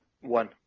one